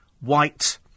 white